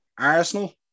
Arsenal